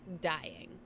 dying